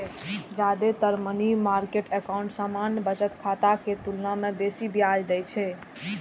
जादेतर money market account सामान्य बचत खाता के तुलना मे बेसी ब्याज दै छै